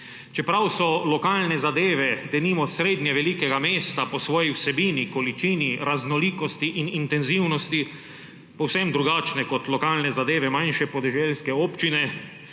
Čeprav so lokalne zadeve denimo srednje velikega mesta po svoji vsebini, količini, raznolikosti in intenzivnosti povsem drugačne kot lokalne zadeve manjše podeželske občine,